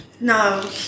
No